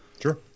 Sure